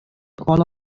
all